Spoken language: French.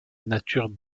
nature